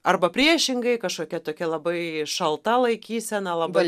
arba priešingai kažkokia tokia labai šalta laikysena labai